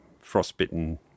frostbitten